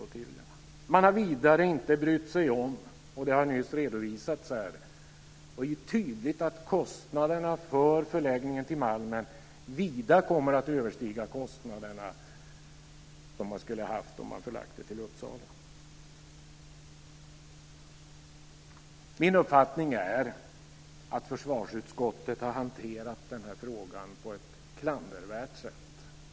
Utskottet har vidare inte brytt sig om - och det har nyss redovisats här - att kostnaderna för förläggningen till Malmen vida kommer att överstiga de kostnader som man hade haft om man hade förlagt den till Uppsala. Min uppfattning är att försvarsutskottet har hanterat den här frågan på ett klandervärt sätt.